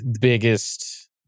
biggest